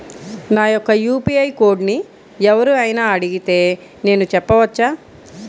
నా యొక్క యూ.పీ.ఐ కోడ్ని ఎవరు అయినా అడిగితే నేను చెప్పవచ్చా?